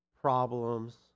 problems